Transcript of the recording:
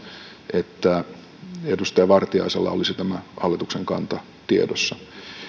että edustaja vartiaisella olisi tämä hallituksen kanta tiedossa